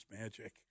magic